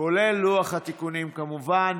כולל לוח התיקונים, כמובן.